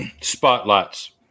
Spotlights